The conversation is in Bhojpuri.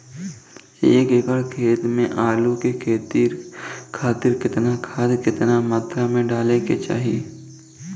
एक एकड़ खेत मे आलू के खेती खातिर केतना खाद केतना मात्रा मे डाले के चाही?